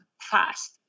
fast